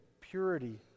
purity